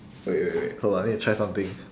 wait wait wait hold on I need to try something